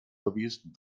lobbyisten